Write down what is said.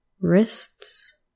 wrists